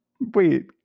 Wait